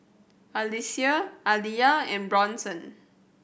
Alecia Aliya and Bronson